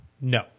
no